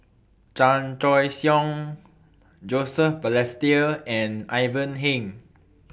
Chan Choy Siong Joseph Balestier and Ivan Heng